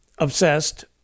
Obsessed